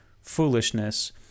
foolishness